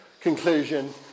Conclusion